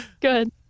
Good